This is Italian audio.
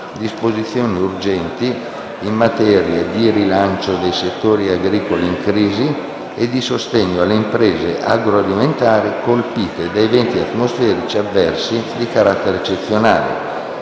disposizioni urgenti in materia di rilancio dei settori agricoli in crisi e di sostegno alle imprese agroalimentari colpite da eventi atmosferici avversi di carattere eccezionale